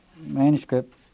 manuscript